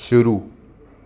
शुरू